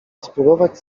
spróbować